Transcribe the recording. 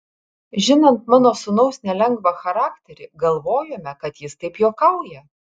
žinant mano sūnaus nelengvą charakterį galvojome kad jis taip juokauja